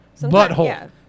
Butthole